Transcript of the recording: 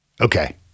Okay